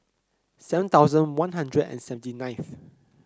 seven thousand One Hundred and seventy nineth